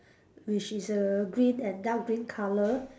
which is a green and dark green colour